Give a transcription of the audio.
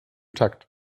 takt